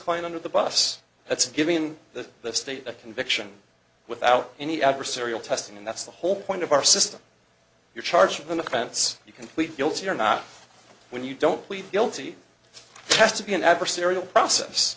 claim under the bus that's giving the state a conviction without any adversarial testing and that's the whole point of our system you're charged with an offense you can plead guilty or not when you don't plead guilty has to be an adversarial process